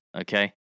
okay